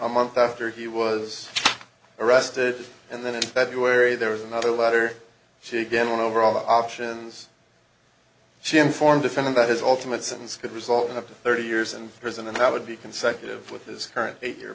a month after he was arrested and then in february there was another letter she again went over all the options she informed defendant that his ultimate sentence could result in up to thirty years in prison and that would be consecutive with this current eight year